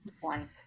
One